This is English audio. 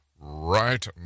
right